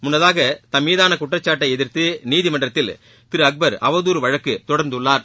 முள்ளதாக தம்மீதாள குற்றச்சாட்டை எதிர்த்து நீதிமன்றத்தில் திரு அக்பர் அவதூறு வழக்கு தொடர்ந்துள்ளார்